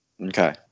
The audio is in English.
Okay